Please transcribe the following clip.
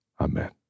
Amen